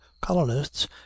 colonists